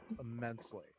immensely